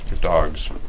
Dogs